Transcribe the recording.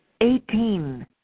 eighteen